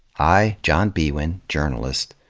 i, john biewen, journalist,